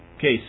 Case